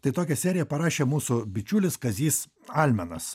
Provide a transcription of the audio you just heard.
tai tokią seriją parašė mūsų bičiulis kazys almenas